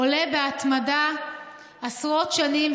עולה בהתמדה עשרות שנים,